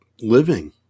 living